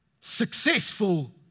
successful